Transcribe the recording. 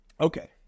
okay